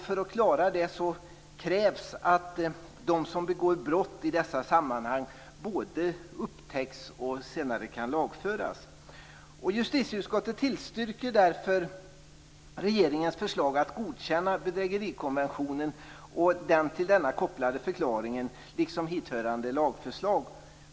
För att klara det krävs att de som begår brott i dessa sammanhang både upptäcks och senare kan lagföras. Justitieutskottet tillstyrker därför regeringens förslag att godkänna bedrägerikonventionen och den till denna kopplade förklaringen liksom hithörande lagförslag.